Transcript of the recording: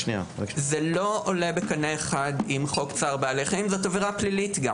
זה לא עולה בקנה אחד עם חוק צער בעלי חיים וזאת עבירה פלילית.